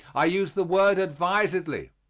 i use the word advisedly.